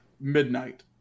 midnight